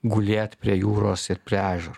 gulėt prie jūros ir prie ežero